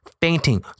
fainting